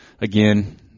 again